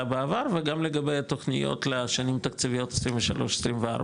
בעבר וגם לגבי התוכניות לשנים התקציביות 23-24,